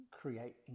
create